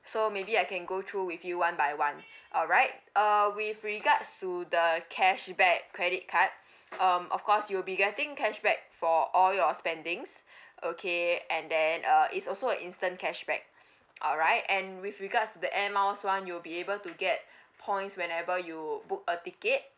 so maybe I can go through with you one by one all right uh with regards to the cashback credit card um of course you will be getting cashback for all your spendings okay and then uh is also a instant cashback all right and with regards to the air miles [one] you'll be able to get points whenever you book a ticket